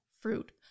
fruit